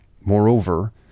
Moreover